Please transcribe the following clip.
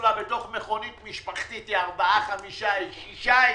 קפסולה בתוך מכונית משפחתית היא ארבעה-חמישה-שישה איש.